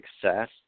success